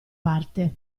parte